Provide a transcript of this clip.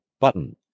button